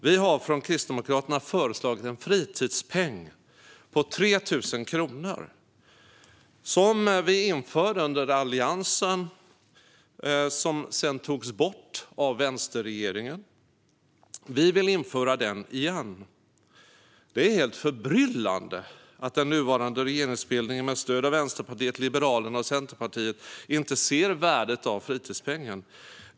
Vi har från Kristdemokraterna föreslagit en fritidspeng på 3 000 kronor som vi införde under Alliansen men som sedan togs bort av vänsterregeringen. Vi vill införa den igen. Det är helt förbryllande att den nuvarande regeringsbildningen med stöd av Vänsterpartiet, Liberalerna och Centerpartiet inte ser värdet av fritidspengen.